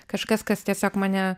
kažkas kas tiesiog mane